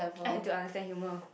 I had to understand humor